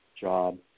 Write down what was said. job